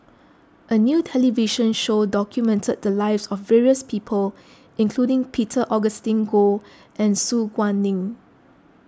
a new television show document the lives of various people including Peter Augustine Goh and Su Guaning